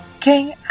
King